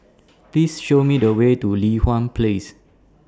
Please Show Me The Way to Li Hwan Place